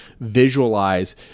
visualize